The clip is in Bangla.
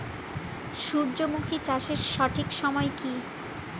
সূর্যমুখী চাষের সঠিক সময় কি?